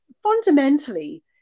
fundamentally